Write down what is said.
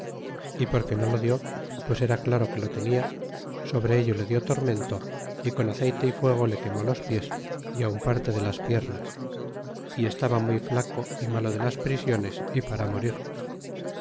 y porque no lo dio pues era claro que lo tenia sobre ello le di tormento y con aceyte y fuego le quemó los pies y aun parte de las piernas y estaba muy flaco y malo de las prisiones y para morir